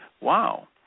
wow